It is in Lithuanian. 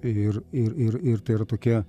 ir ir ir ir tai yra tokia